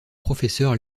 professeur